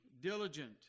diligent